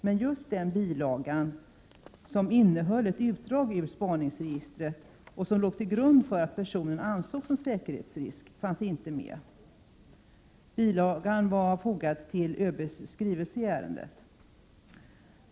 Men just den bilaga som innehöll ett utdrag ur spaningsregistret och som låg till grund för att personen ansågs vara en säkerhetsrisk fanns inte med. Bilagan var fogad till överbefälhavarens skrivelse i ärendet.